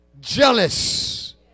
Jealous